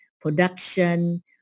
production